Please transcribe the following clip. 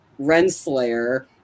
Renslayer